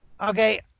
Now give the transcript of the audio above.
Okay